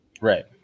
Right